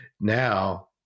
now